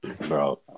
Bro